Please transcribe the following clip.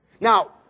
Now